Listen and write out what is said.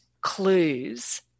clues